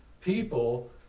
people